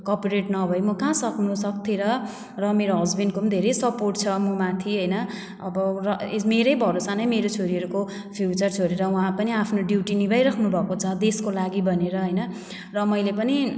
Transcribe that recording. cooperate नभए म कहाँ सक्नु सक्थेँ र र मेरो हस्बेन्डको पनि धेरै सपोर्ट छ ममाथि हैन अब र मेरै भरोसा नै मेरो छोरीहरूको फ्युचर छोडेर उहाँ पनि आफ्नो ड्युटी निभाइराख्नु भएको छ देशको लागि भनेर हैन र मैले पनि